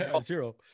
zero